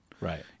Right